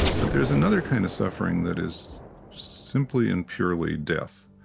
but there's another kind of suffering that is simply and purely death.